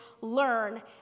learn